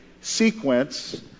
sequence